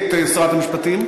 את שרת המשפטים?